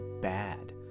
bad